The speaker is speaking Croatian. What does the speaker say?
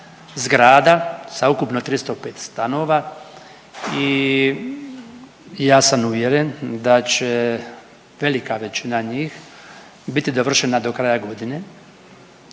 zgrada sa ukupno 305 stanova i ja sam uvjeren da će velika većina njih biti dovršena do kraja godine